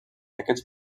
aquests